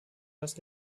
das